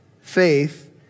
faith